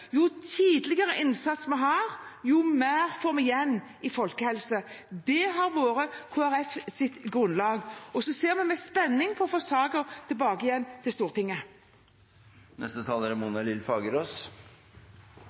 Jo tidligere innsats vi har, desto mer får vi igjen i folkehelse. Det har vært Kristelig Folkepartis grunnlag. Vi ser med spenning på å få saken tilbake igjen til Stortinget.